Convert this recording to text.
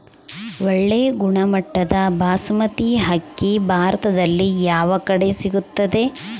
ಒಳ್ಳೆ ಗುಣಮಟ್ಟದ ಬಾಸ್ಮತಿ ಅಕ್ಕಿ ಭಾರತದಲ್ಲಿ ಯಾವ ಕಡೆ ಸಿಗುತ್ತದೆ?